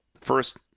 first